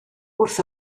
wrth